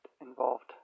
involved